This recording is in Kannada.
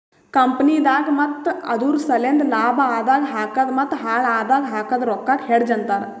ಕಂಪನಿದಾಗ್ ಮತ್ತ ಅದುರ್ ಸಲೆಂದ್ ಲಾಭ ಆದಾಗ್ ಹಾಕದ್ ಮತ್ತ ಹಾಳ್ ಆದಾಗ್ ಹಾಕದ್ ರೊಕ್ಕಾಗ ಹೆಡ್ಜ್ ಅಂತರ್